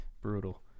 brutal